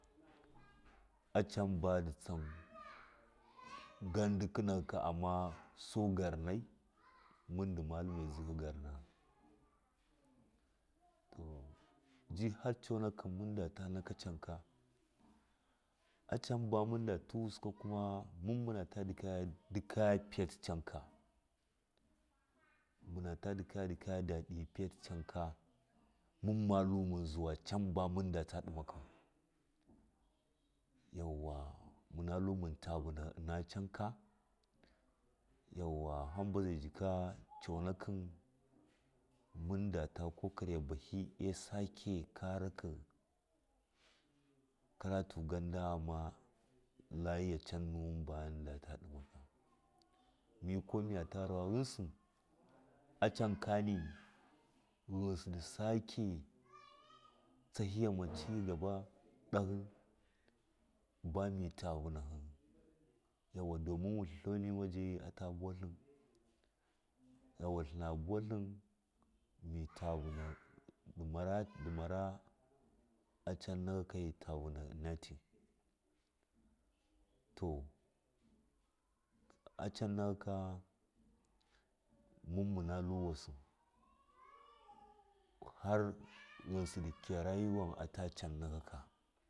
a can bandɨ tsan gandi kɨnakɨ amma su garnai mundi mallamihi garna to ji har coonakɨ munda nakan canka acan bona muna tuwusi kuma mun muta ndikaga fiyati can ka manatu ndika dadi fiyati canka mumatlu muzu can bamadata dimakau yauwa muna tlu muntavunahi ina canka yauwa hamba za jika coonakɨ mundata kokari bahiyu sakeki karakɨ karatu ganda ghama layiga can nuwun bana mundata ɗimaka mikuwa migata rawa ghɨnsi acan kani ghɨnsi di sake tsa hiyama cigaba ɗahi bami ta vunahi yauwa domin wutlatlau nima jayi ata buwa tlin yauwa tlina vuwatlin mita vunahi ina ti to acan naka mun muna tlawawasi har ghɨnsi ndi kɨya rayuwa wakaka.